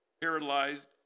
paralyzed